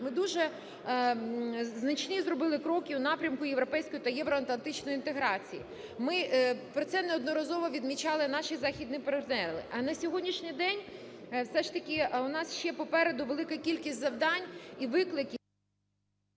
ми дуже значні зробили кроки у напрямку європейської та євроатлантичної інтеграції, про це неодноразово відмічали наші західні партнери. А на сьогоднішній день все ж таки у нас ще попереду велика кількість завдань… ГОЛОВУЮЧИЙ.